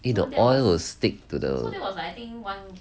eh the oil will stick to the